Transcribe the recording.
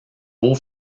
beau